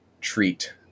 treat